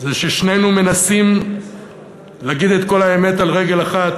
זה ששנינו מנסים להגיד את כל האמת על רגל אחת,